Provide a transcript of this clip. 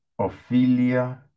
Ophelia